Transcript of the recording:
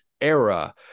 era